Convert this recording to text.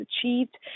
achieved